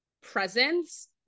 presence